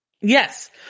Yes